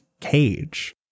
cage